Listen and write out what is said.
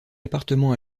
appartements